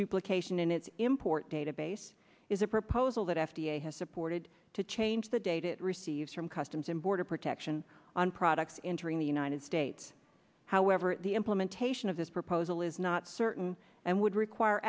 duplication in its import database is a proposal that f d a has supported to change the date it receives from customs and border protection on products entering the united states however the implementation of this proposal is not certain and would require